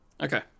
Okay